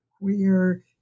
queer